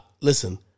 Listen